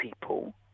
people